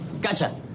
Gotcha